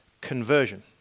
conversion